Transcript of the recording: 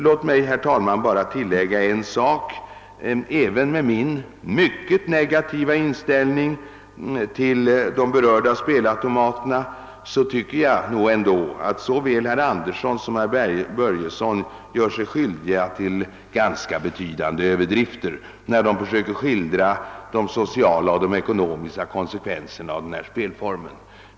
Låt mig, herr talman, bara tillägga att trots min egen mycket negativa inställning till de berörda spelautomaterna anser jag att såväl herr Andersson som herr Börjesson gör sig skyldiga till betydande överdrifter, när de söker skildra de sociala och ekonomiska konsekvenserna av denna spelform.